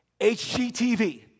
HGTV